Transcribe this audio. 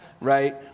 right